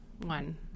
one